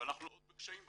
ואנחנו עוד בקשיים בעניין.